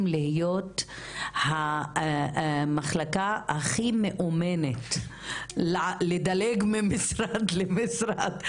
להיות המחלקה הכי מאומנת לדלג ממשרד למשרד,